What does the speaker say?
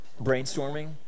Brainstorming